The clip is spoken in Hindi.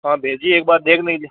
हाँ भेजिए एकबार देख लीजिये